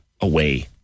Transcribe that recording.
away